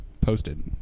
posted